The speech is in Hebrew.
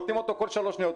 קוטעים אותו כל שלוש שניות.